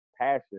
passion